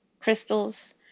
crystals